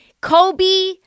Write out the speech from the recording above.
Kobe